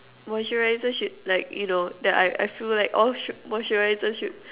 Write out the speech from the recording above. moisturizer should like you know that I I feel like all sh~ moisturizer should